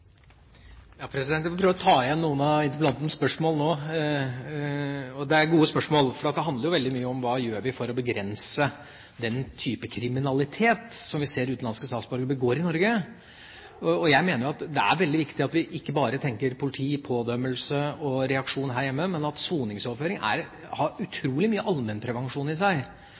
Jeg vil prøve å ta igjen noen av interpellantens spørsmål nå. Det er gode spørsmål, for det handler veldig mye om hva vi gjør for å begrense den typen kriminalitet som vi ser at utenlandske statsborgere begår i Norge. Jeg mener at det er veldig viktig at vi ikke bare tenker politi, pådømmelse og reaksjon her hjemme, men at soningsoverføring har utrolig mye allmennprevensjon i seg.